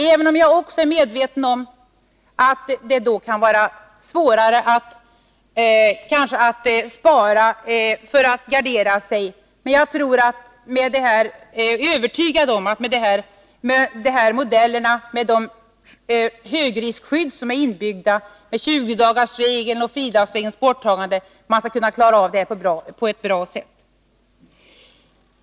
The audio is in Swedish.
Även om jag är medveten om att det kanske kan bli svårare att spara för att gardera sig, är jag övertygad om att man enligt denna modell med de högriskskydd som är inbyggda, genom 20-dagarsregeln och fridagsregelns borttagande skall kunna klara av detta på ett bra sätt.